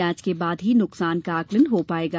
जांच के बाद ही नुकसान का आंकलन हो पायेगा